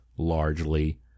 largely